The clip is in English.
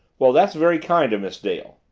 well that's very kind of miss dale.